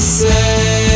say